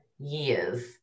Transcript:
years